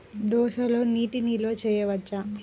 దోసలో నీటి నిల్వ చేయవచ్చా?